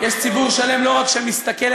יש ציבור שלם לא רק שמסתכל,